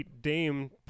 Dame